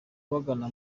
bagana